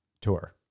tour